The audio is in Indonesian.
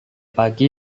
pagi